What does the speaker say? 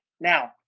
Now